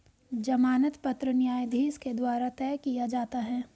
जमानत पत्र न्यायाधीश के द्वारा तय किया जाता है